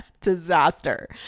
Disaster